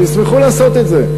שישמחו לעשות את זה.